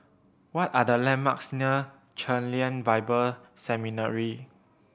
what are the landmarks near Chen Lien Bible Seminary